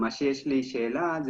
יש לי שאלה.